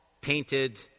painted